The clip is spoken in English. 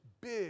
big